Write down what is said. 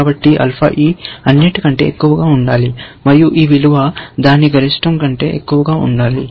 కాబట్టి ఆల్ఫా ఈ అన్నిటికంటే ఎక్కువగా ఉండాలి మరియు ఈ విలువ దాని గరిష్టం కంటే ఎక్కువగా ఉండాలి